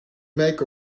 make